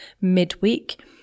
midweek